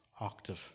octave